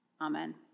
Amen